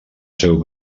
seu